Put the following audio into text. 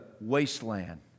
wasteland